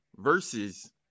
versus